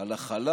על הכלה